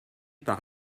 par